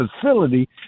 facility